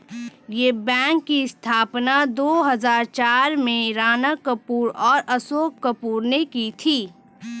yes Bank की स्थापना दो हजार चार में राणा कपूर और अशोक कपूर ने की थी